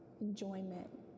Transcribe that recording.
enjoyment